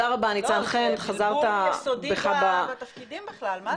לא, זה בלבול יסודי בתפקידים בכלל, מה זה.